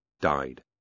died